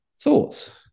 Thoughts